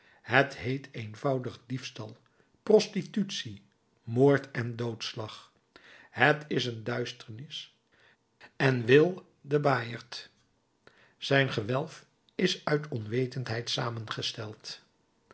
het heet eenvoudig diefstal prostitutie moord en doodslag het is een duisternis en wil den baaierd zijn gewelf is uit onwetendheid samengesteld